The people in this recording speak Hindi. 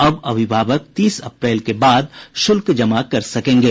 अब अभिभावक तीस अप्रैल के बाद शुल्क जमा कर सकेंगे